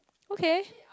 okay